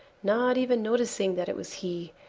not even noticing that it was he,